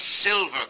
Silver